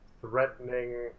threatening